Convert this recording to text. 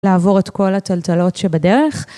לעבור את כל הטלטלות שבדרך.